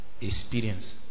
experience